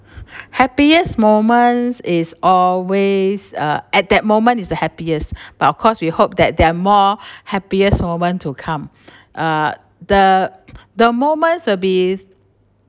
happiest moment is always uh at that moment is the happiest but of course we hope that there are more happiest moment to come uh the the moment will be